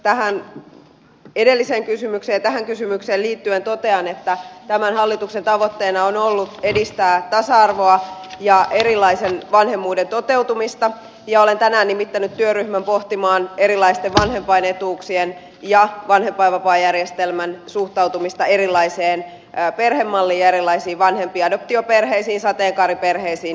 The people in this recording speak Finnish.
tähän edelliseen kysymykseen ja tähän kysymykseen liittyen totean että tämän hallituksen tavoitteena on ollut edistää tasa arvoa ja erilaisen vanhemmuuden toteutumista ja olen tänään nimittänyt työryhmän pohtimaan erilaisten vanhempainetuuksien ja vanhempainvapaajärjestelmän suhtautumista erilaiseen perhemalliin ja erilaisiin vanhempiin adoptioperheisiin sateenkaariperheisiin